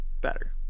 better